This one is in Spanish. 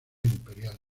imperial